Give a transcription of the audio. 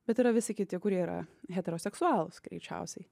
bet yra visi kiti kurie yra heteroseksualūs greičiausiai